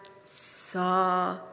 saw